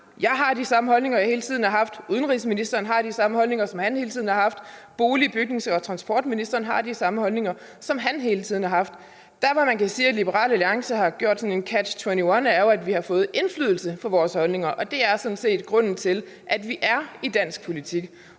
Jeg har de samme holdninger, jeg hele tiden har haft; udenrigsministeren har de samme holdninger, som han hele tiden har haft; transport-, bygnings- og boligministeren har de samme holdninger, som han hele tiden har haft. Der, hvor man kan sige at Liberal Alliance har lavet sådan en Catch 22, er jo, ved at vi har fået indflydelse med vores holdninger, og det er sådan set grunden til, at vi er i dansk politik.